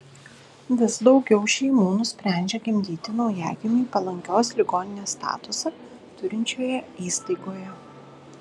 vis daugiau šeimų nusprendžia gimdyti naujagimiui palankios ligoninės statusą turinčioje įstaigoje